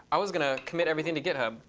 i was going to commit everything to github.